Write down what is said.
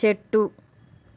చెట్టు